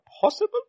possible